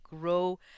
grow